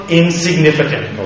insignificant